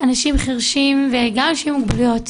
אנשים חרשים וגם אנשים עם מוגבלויות